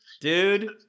Dude